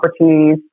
opportunities